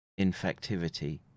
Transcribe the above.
infectivity